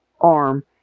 arm